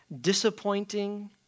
disappointing